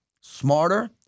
Smarter